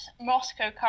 moscow